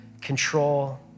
control